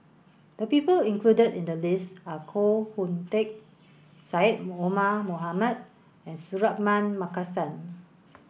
the people included in the list are Koh Hoon Teck Syed Omar Mohamed and Suratman Markasan